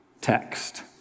text